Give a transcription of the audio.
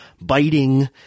biting